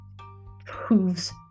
hooves